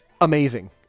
Amazing